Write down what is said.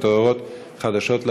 אני רוצה להודות לך, אדוני היושב-ראש.